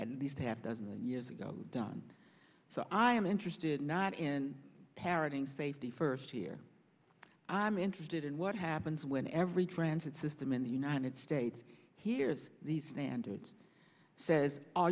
at least half dozen years ago done so i am interested not in parroting safety first here i'm interested in what happens when every transit system in the united states hears these mandates says